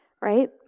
right